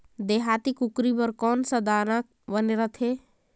देहाती कुकरी बर कौन सा दाना बने रथे?